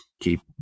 keep